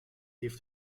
heeft